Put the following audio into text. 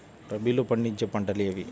రబీలో పండించే పంటలు ఏవి?